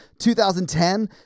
2010